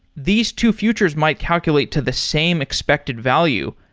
these two futures might calculate to the same expected value.